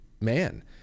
man